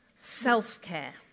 self-care